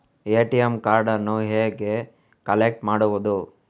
ATM ಕಾರ್ಡನ್ನು ಹೇಗೆ collect ಮಾಡುವುದು?